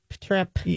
trip